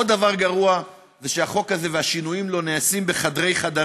עוד דבר גרוע זה שהחוק הזה והשינויים בו נעשים בחדרי-חדרים,